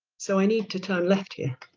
so i need to turn left here